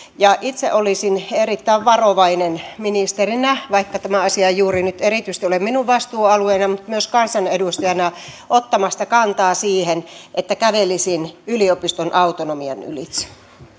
itse olisin erittäin varovainen ministerinä vaikka tämä asia ei juuri nyt erityisesti ole minun vastuualueenani mutta myös kansanedustajana ottamaan kantaa niin että kävelisin yliopiston autonomian ylitse